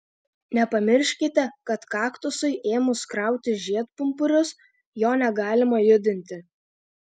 nepamirškite kad kaktusui ėmus krauti žiedpumpurius jo negalima judinti